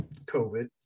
COVID